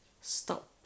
stop